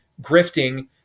grifting